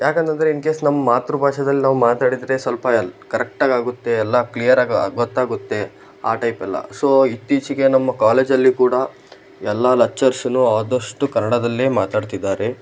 ಯಾಕಂತಂದರೆ ಇನ್ಕೇಸ್ ನಮ್ಮ ಮಾತೃಭಾಷೆದಲ್ ನಾವು ಮಾತಾಡಿದರೆ ಸ್ವಲ್ಪ ಕರೆಕ್ಟಗಾಗುತ್ತೆ ಎಲ್ಲ ಕ್ಲೀಯರಾಗಿ ಗೊತ್ತಾಗುತ್ತೆ ಆ ಟೈಪೆಲ್ಲಾ ಸೊ ಇತ್ತೀಚಿಗೆ ನಮ್ಮ ಕಾಲೇಜಲ್ಲಿ ಕೂಡ ಎಲ್ಲ ಲೆಕ್ಚರ್ಸೂನೂ ಆದಷ್ಟು ಕನ್ನಡದಲ್ಲೇ ಮಾತಾಡ್ತಿದಾರೆ